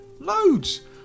Loads